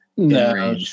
No